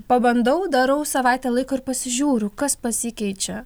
pabandau darau savaitę laiko ir pasižiūriu kas pasikeičia